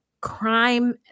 crime